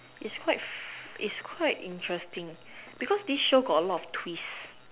it's quite it's quite interesting because this show got a lot of twist